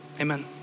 Amen